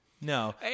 No